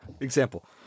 Example